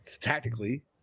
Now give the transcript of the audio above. tactically